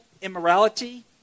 immorality